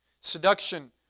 Seduction